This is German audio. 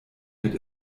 mit